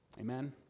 Amen